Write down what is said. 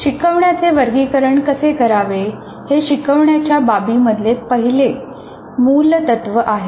शिकवण्याचे वर्गीकरण कसे करावे हे शिकवण्याच्या बाबी मधले पहिले मूलतत्त्व आहे